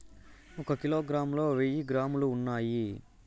ఒక కిలోగ్రామ్ లో వెయ్యి గ్రాములు ఉన్నాయి